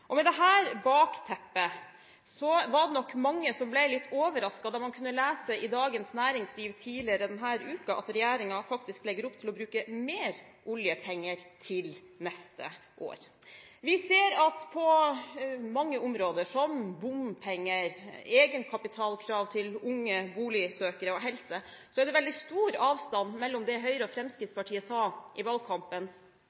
Med dette bakteppet var det nok mange som ble litt overrasket da man kunne lese i Dagens Næringsliv tidligere denne uken at regjeringen faktisk legger opp til å bruke mer oljepenger til neste år. Vi ser at det på mange områder, som bompenger, egenkapitalkrav til unge boligsøkere og helse, er veldig stor avstand mellom det Høyre og